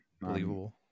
believable